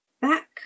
Back